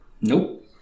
Nope